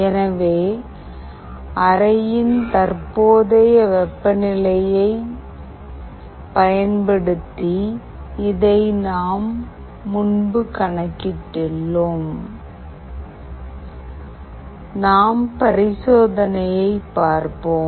எனவே அறையின் தற்போதைய வெப்பநிலையைப் பயன்படுத்தி இதை நாம் முன்பு கணக்கிட்டுள்ளோம் நாம் பரிசோதனையைப் பார்ப்போம்